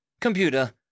Computer